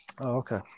okay